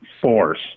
force